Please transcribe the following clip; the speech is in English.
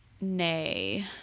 Nay